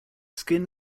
skin